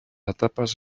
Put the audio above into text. etapes